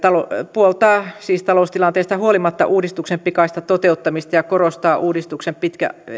puoltaa siis taloustilanteesta huolimatta uudistuksen pikaista toteuttamista ja korostaa uudistuksen pitkän